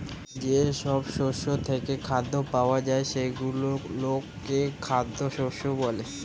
যেসব শস্য থেকে খাদ্য পাওয়া যায় সেগুলোকে খাদ্য শস্য বলে